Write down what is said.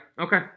okay